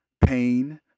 pain